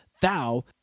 thou